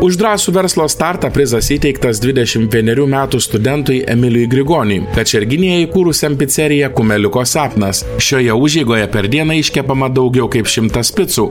už drąsų verslo startą prizas įteiktas dvidešim vienerių metų studentui emiliui grigoniui kačerginėje įkūrusiam piceriją kumeliuko sapnas šioje užeigoje per dieną iškepama daugiau kaip šimtas picų